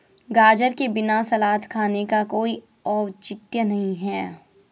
गाजर के बिना सलाद खाने का कोई औचित्य नहीं है